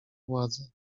władzy